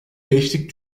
beşlik